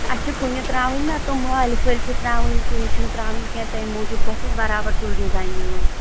اَسہِ چھِ کُنہِ تَرٛاوٕنۍ نا تِم مالہِ پھٔلۍ چھِ تَرٛاوٕنۍ کُنہِ چھِنہِ تَرٛاوٕنۍ کیٚنٛہہ تَمہِ موٗجوٗب گَژھِ اَسہِ برابر سُے ڈِزین میلُن